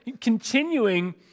continuing